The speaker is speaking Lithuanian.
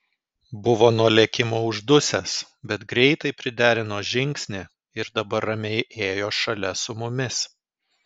buvo nuo lėkimo uždusęs bet greitai priderino žingsnį ir dabar ramiai ėjo šalia su mumis